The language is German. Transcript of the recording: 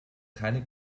keine